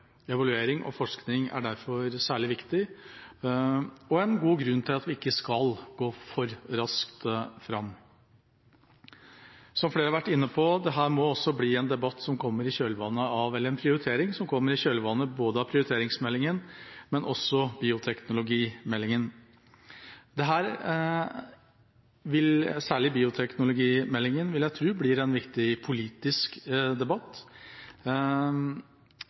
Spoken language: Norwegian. Evaluering og forskning er derfor særlig viktig og en god grunn til at vi ikke skal gå for raskt fram. Som flere har vært inne på, må dette også bli en prioritering som kommer i kjølvannet av både prioriteringsmeldingen og bioteknologimeldingen. Særlig bioteknologimeldingen vil jeg tro blir en viktig politisk debatt. Nå tilhører jeg et liberalt parti, men